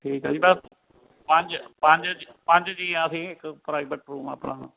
ਠੀਕ ਹੈ ਜੀ ਬਸ ਪੰਜ ਪੰਜ ਪੰਜ ਜੀਅ ਆ ਅਸੀਂ ਇੱਕ